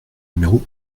numéro